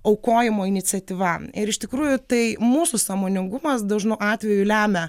aukojimo iniciatyva ir iš tikrųjų tai mūsų sąmoningumas dažnu atveju lemia